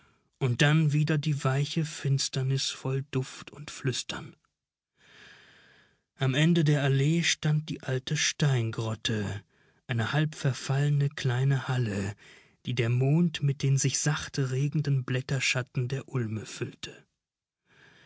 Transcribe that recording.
und dann wieder die weiche finsternis voll duft und flüstern am ende der allee stand die alte steingrotte eine halbverfallene kleine halle die der mond mit den sich sachte regenden blätterschatten der ulme füllte